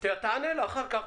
תרשום את השאלות ותענה אחר כך